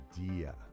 idea